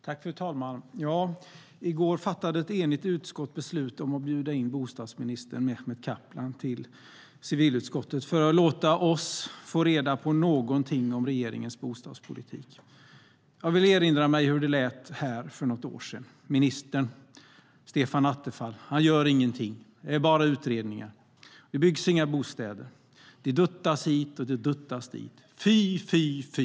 Fru talman! I går fattade ett enigt utskott beslut om att bjuda in bostadsminister Mehmet Kaplan till civilutskottet för att låta oss få reda på någonting om regeringens bostadspolitik. Jag vill erinra om hur det lät här för något år sedan. "Minister Stefan Attefall gör ingenting, det är bara utredningar. Det byggs inga bostäder. Det duttas hit och det duttas dit. Fy, fy, fy!